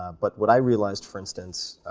ah but what i realized, for instance,